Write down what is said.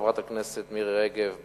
חברת הכנסת מירי רגב,